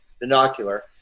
binocular